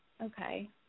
Okay